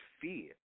fear